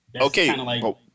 Okay